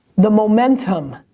the momentum,